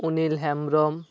Anil Hembrom